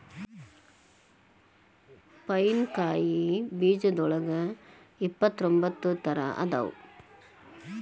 pine ಕಾಯಿ ಬೇಜದೋಳಗ ಇಪ್ಪತ್ರೊಂಬತ್ತ ತರಾ ಅದಾವ